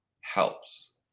helps